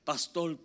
Pastor